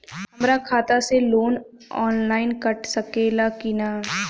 हमरा खाता से लोन ऑनलाइन कट सकले कि न?